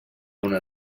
una